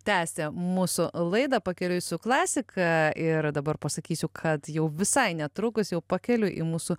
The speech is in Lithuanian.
tęsia mūsų laidą pakeliui su klasika ir dabar pasakysiu kad jau visai netrukus jau pakeliui į mūsų